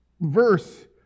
verse